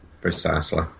Precisely